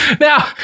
Now